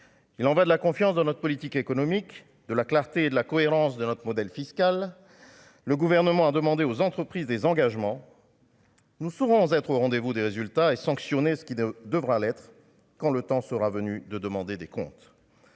il en va de la confiance dans notre politique économique, de la clarté, de la cohérence de notre modèle fiscal, le gouvernement a demandé aux entreprises des engagements. Nous, souvent être au rendez vous des résultats et sanctionner ceux qui ne devra l'être quand le temps sera venu de demander des comptes.